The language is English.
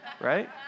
Right